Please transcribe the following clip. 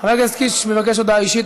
חבר הכנסת קיש מבקש הודעה אישית.